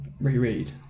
reread